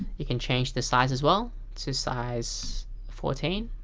you can change the size as well to size fourteen.